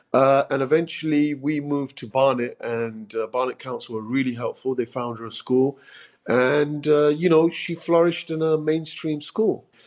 and eventually we moved to barnet and barnet council were really helpful, they found her a school and you know she flourished in a mainstream school.